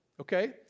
okay